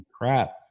Crap